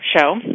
show